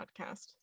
podcast